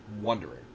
wondering